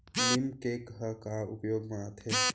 नीम cake ह का उपयोग मा आथे?